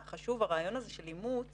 הרעיון הזה של אימוץ